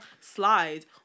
slide